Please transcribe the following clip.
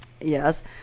Yes